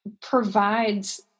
provides